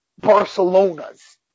Barcelona's